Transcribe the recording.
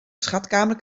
schatkamer